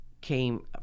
came